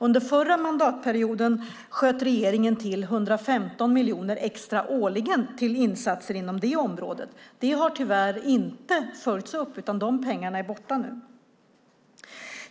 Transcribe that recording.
Under förra mandatperioden sköt regeringen till 115 miljoner extra årligen till insatser inom det området. Det har tyvärr inte följts upp, utan de pengarna är borta nu.